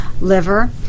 liver